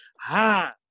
Ha